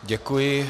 Děkuji.